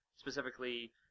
Specifically